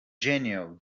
genial